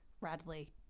Radley